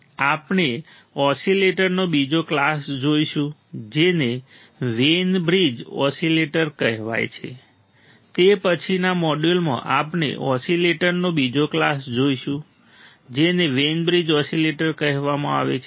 આપણે ઓસીલેટરનો બીજો ક્લાસ જોઈશું જેને વેઈન બ્રિજ ઓસીલેટર કહેવાય છે તે પછીના મોડ્યુલમાં આપણે ઓસીલેટરનો બીજો ક્લાસ જોઈશું જેને વેઈન બ્રિજ ઓસીલેટર કહેવામાં આવે છે